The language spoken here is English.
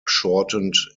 shortened